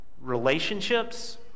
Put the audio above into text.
relationships